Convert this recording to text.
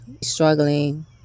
struggling